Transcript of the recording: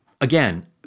again